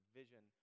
vision